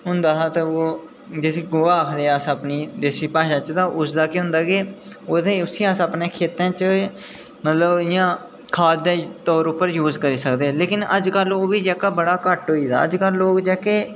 होंदा हा ओह् जिसी गोह अस अपनी देसी भाशा च ते उसदा केह् होंदा के ओह्दे उसी अपने खेतें च मतलब इंया खाद ऐ तुस ओह्दे पर यूज़ करी सकदे लेकिन अजकल ओह्बी जेह्ड़ा घट्ट होई दा तां लोक जेह्के